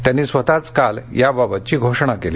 त्यांनी स्वतःच काल या बाबतची घोषणा केली